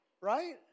Right